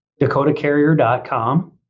dakotacarrier.com